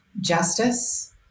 justice